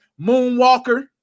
Moonwalker